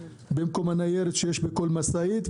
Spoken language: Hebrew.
במקום הניירת שיש בכל משאית,